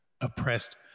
oppressed